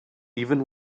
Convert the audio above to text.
even